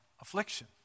affliction